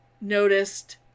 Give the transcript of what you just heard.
noticed